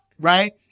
right